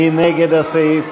מי נגד הסעיף?